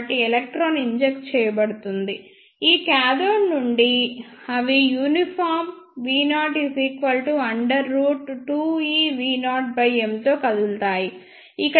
కాబట్టిఎలక్ట్రాన్ inject చేయబడుతుంది ఈ cathode నుండి అవి యూనిఫామ్ v02eV0m తో కదులుతాయి